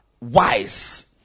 wise